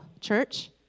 church